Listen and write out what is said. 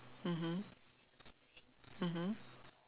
mmhmm mmhmm